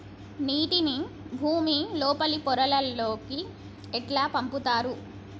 నీటిని భుమి లోపలి పొరలలోకి ఎట్లా పంపుతరు?